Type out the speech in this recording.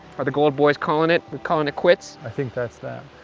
are the gold boys callin' it? we callin' it quits? i think that's that.